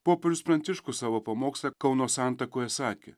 popiežius pranciškus savo pamoksle kauno santakoje sakė